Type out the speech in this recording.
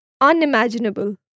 unimaginable